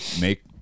make